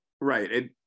Right